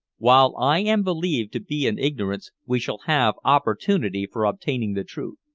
while i am believed to be in ignorance we shall have opportunity for obtaining the truth.